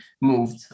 moved